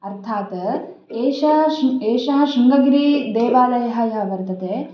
अर्थात् एषा एषः शृङ्गगिरिदेवालयः यः वर्तते